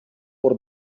por